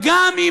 שכך,